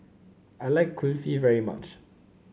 I like Kulfi very much